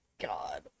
god